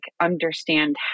understand